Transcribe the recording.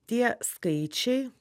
tie skaičiai